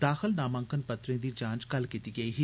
दाखल नामांकन पत्रें दी जांच कल कीती गेई ही